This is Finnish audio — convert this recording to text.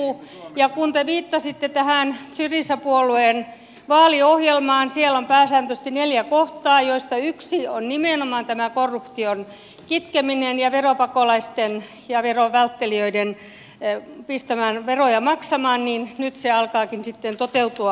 ja kun te viittasitte tähän syriza puolueen vaaliohjelmaan siellä on pääsääntöisesti neljä kohtaa joista yksi on nimenomaan korruption kitkeminen ja veropakolaisten ja veron välttelijöiden pistäminen veroja maksamaan niin nyt se alkaakin sitten toteutua